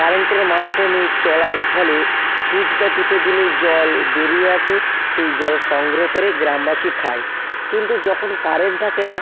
কারেন্টের মাধ্যমে চলার ফলে সুইচটা টিপে দিলে জল বেরিয়ে আসে সেই জল সংগ্রহ করে গ্রামবাসী খায় কিন্তু যখন কারেন্ট থাকে না